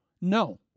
no